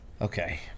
okay